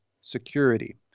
security